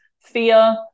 fear